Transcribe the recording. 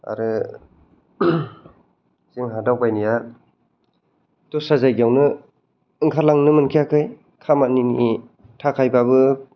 आरो जोंहा दावबायनाया दस्रा जायगायावनो ओंखारलांनो मोनखायाखै खामानिनि थाखायबाबो